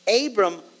Abram